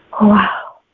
Wow